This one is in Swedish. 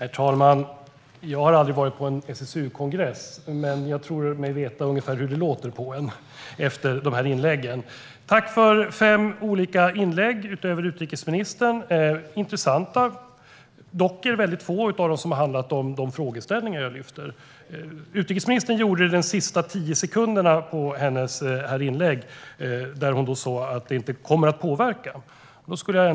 Herr talman! Jag har aldrig varit på en SSU-kongress, men jag tror mig veta ungefär hur det låter där efter dessa inlägg. Tack för dessa inlägg, inklusive utrikesministerns! De var intressanta. Väldigt få av dem har dock handlat om de frågeställningar jag lyfter fram. Utrikesministern tog dock upp det under de sista tio sekunderna av sitt senaste anförande, där hon sa att detta inte kommer att inbära någon påverkan.